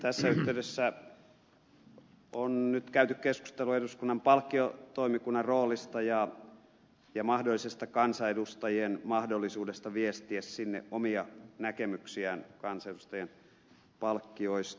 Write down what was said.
tässä yhteydessä on nyt käyty keskustelua eduskunnan palkkiotoimikunnan roolista ja mahdollisesta kansanedustajien mahdollisuudesta viestiä sinne omia näkemyksiään kansanedustajien palkkiosta